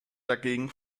dagegen